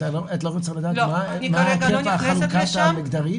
את לא רוצה לדעת על החלוקה המגדרית